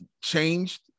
changed